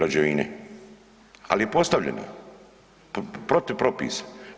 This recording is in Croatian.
Ali je postavljena protiv propisa.